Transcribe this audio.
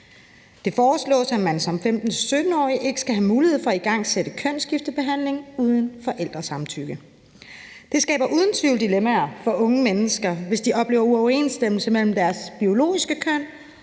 Det foreslås, at man som 15-17-årig ikke skal have mulighed for at igangsætte kønsskiftebehandling uden forældresamtykke. Det skaber uden tvivl dilemmaer for unge mennesker, hvis de oplever uoverensstemmelse mellem deres biologiske køn